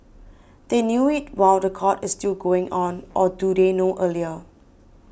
they knew it while the court is still going on or do they know earlier